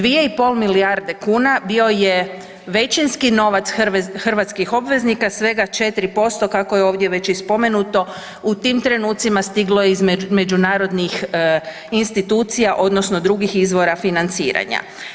2 i pol milijarde kuna bio je većinski novac hrvatskih obveznika, svega 4% kako je ovdje već i spomenuto u tim trenucima stiglo je iz međunarodnih institucija odnosno drugih izvora financiranja.